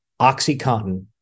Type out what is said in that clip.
OxyContin